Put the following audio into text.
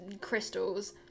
crystals